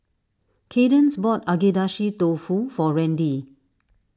Kaydence bought Agedashi Dofu for Randy